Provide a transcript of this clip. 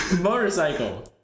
Motorcycle